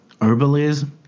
herbalism